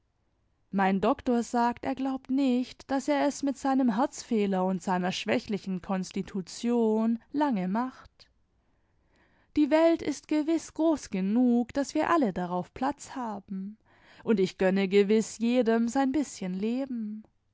mein doktor sagt er glaubt nicht daß er es mit seinem herzfehler und seiner schwächlichen konstitution lange macht die welt ist gewiß groß genüge daß wir alle darauf platz haben und ich gönne gewiß jedem sein bißchen leben